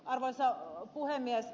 arvoisa puhemies